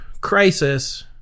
Crisis